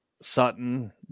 Sutton